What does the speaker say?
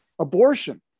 abortion